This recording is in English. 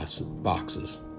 boxes